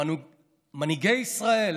למנהיגי ישראל,